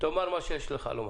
תאמר מה שיש לך לומר.